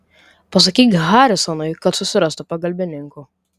pasakyk harisonui kad susirastų pagalbininkų